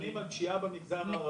מדברים על פשיעה במגזר הערבי,